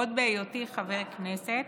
עוד בהיותי חבר כנסת,